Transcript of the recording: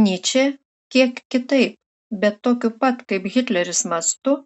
nyčė kiek kitaip bet tokiu pat kaip hitleris mastu